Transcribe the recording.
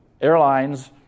Airlines